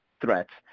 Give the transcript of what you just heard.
threats